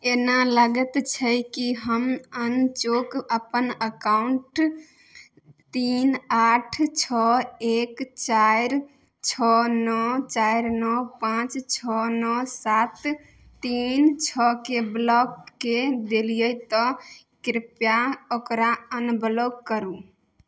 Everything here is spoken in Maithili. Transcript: एना लगैत छै कि हम अनचोक अपन अकाउंट तीन आठ छओ एक चारि छओ नओ चारि नओ पांच छओ नओ सात तीन छओ के ब्लॉक के देलियै तऽ कृपया ओकरा अनब्लॉक करू